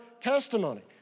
testimony